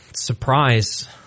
surprise